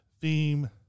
theme